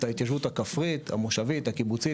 את ההתיישבות הכפרית, המושבית, הקיבוצית.